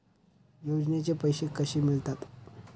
योजनेचे पैसे कसे मिळतात?